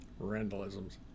randalisms